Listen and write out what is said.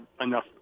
enough